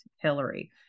Hillary